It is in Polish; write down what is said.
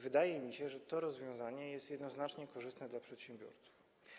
Wydaje mi się, że to rozwiązanie jest jednoznacznie korzystne dla przedsiębiorców.